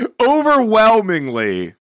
Overwhelmingly